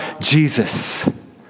Jesus